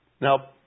Now